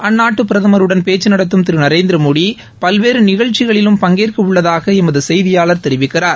அந்நாட்டு பிரதமருடன் பேச்சு நடத்தும் திரு நரேந்திரமோடி பல்வேறு நிகழ்ச்சிகளிலும் பங்கேற்கவுள்ளதாக எமது செய்தியாளர் தெரிவிக்கிறார்